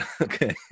okay